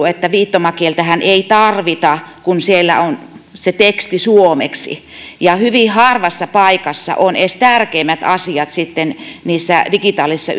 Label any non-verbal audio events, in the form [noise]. [unintelligible] että viittomakieltähän ei tarvita kun siellä on se teksti suomeksi hyvin harvassa paikassa ovat edes tärkeimmät asiat niissä digitaalisissa [unintelligible]